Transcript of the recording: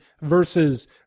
versus